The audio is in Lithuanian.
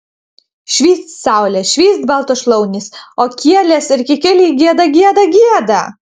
švyst saulė švyst baltos šlaunys o kielės ir kikiliai gieda gieda gieda